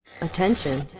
Attention